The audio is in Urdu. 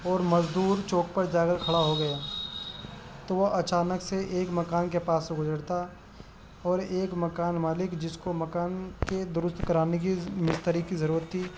اور مزدور چوک پر جا کر کھڑا ہو گیا تو وہ اچانک سے ایک مکان کے پاس گزرتا اور ایک مکان مالک جس کو مکان کے درست کرانے کی مستری کی ضرورت تھی